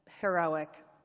heroic